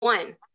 one